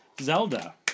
Zelda